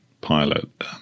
pilot